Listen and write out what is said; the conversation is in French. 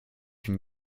une